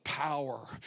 Power